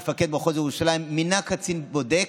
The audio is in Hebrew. מפקד מחוז ירושלים מינה קצין בודק,